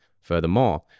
Furthermore